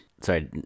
sorry